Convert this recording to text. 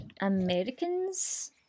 Americans